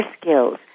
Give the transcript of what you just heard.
skills